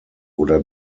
oder